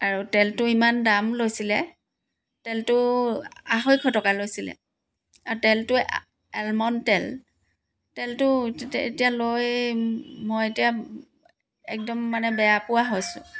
আৰু তেলটো ইমান দাম লৈছিলে তেলটো আঢ়ৈশ টকা লৈছিলে আৰু তেলটো এলমণ্ড তেল তেলটো এতিয়া লৈ মই এতিয়া একদম মানে বেয়া পোৱা হৈছোঁ